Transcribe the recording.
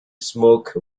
smoke